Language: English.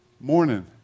morning